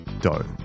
dough